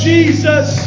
Jesus